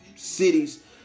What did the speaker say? cities